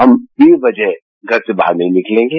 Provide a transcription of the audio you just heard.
हम बेवजह घर से बाहर नहीं निकलेंगे